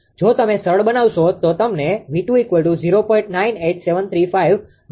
જો તમે સરળ બનાવશો તો તમને 𝑉20